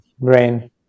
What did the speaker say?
brain